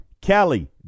Kelly